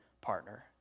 partner